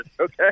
okay